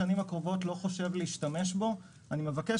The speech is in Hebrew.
בשנים הקרובות לא חושב להשתמש בו ואני מבקש